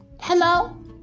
Hello